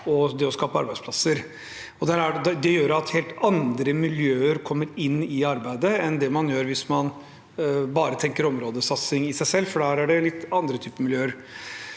og det å skape arbeidsplasser. Det gjør at helt andre miljøer kommer inn i arbeidet enn hvis man bare tenker områdesatsing i seg selv, for da er det litt andre typer miljøer.